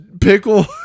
pickle